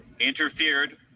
interfered